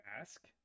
ask